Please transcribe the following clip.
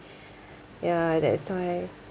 ya that's why